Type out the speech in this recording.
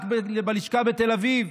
רק בלשכה בתל אביב,